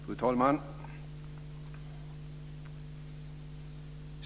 Fru talman!